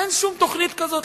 אין שום תוכנית כזאת.